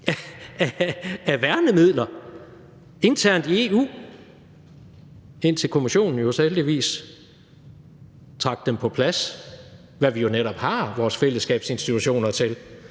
af værnemidler internt i EU, indtil Kommissionen jo så heldigvis trak dem på plads, hvad vi jo netop har vores fællesskabs institutioner til,